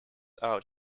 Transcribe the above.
out